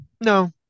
No